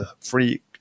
free